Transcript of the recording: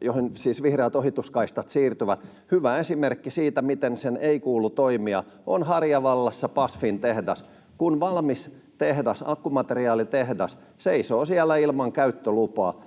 johon siis vihreät ohituskaistat siirtyvät. Hyvä esimerkki siitä, miten sen ei kuulu toimia, on Harjavallassa BASFin tehdas, kun valmis tehdas, akkumateriaalitehdas, seisoo siellä ilman käyttölupaa.